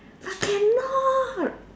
but cannot